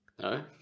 No